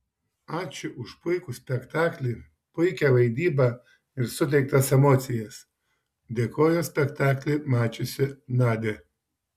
ačiū už puikų spektaklį puikią vaidybą ir suteiktas emocijas dėkojo spektaklį mačiusi nadia